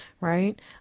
right